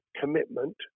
commitment